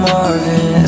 Marvin